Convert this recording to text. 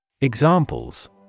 Examples